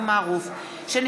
יעקב מרגי,